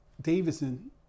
Davidson